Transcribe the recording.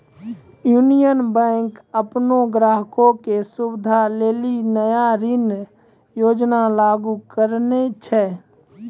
union Bank अपनो ग्राहको के सुविधा लेली नया ऋण योजना लागू करने छै